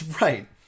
right